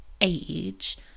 age